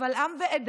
קבל עם ועדה,